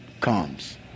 comes